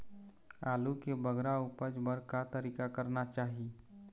आलू के बगरा उपज बर का तरीका करना चाही?